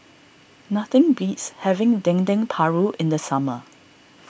nothing beats having Dendeng Paru in the summer